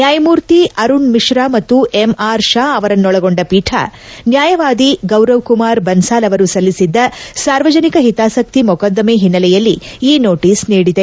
ನ್ಯಾಯ ಮೂರ್ತಿ ಅರುಣ್ ಮಿಶ್ರಾ ಮತ್ತು ಎಂ ಆರ್ ಶಾ ಅವರನ್ನೊಳಗೊಂಡ ಪೀಠ ನ್ಯಾಯವಾದಿ ಗೌರವ್ ಕುಮಾರ್ ಬನ್ನಾಲ್ ಅವರು ಸಲ್ಲಿಸಿದ್ದ ಸಾರ್ವಜನಿಕ ಹಿತಾಸಕ್ತಿ ಮೊಕದ್ದಮೆ ಹಿನ್ನೆಲೆಯಲ್ಲಿ ಈ ನೋಟೀಸ್ ನೀಡಿದೆ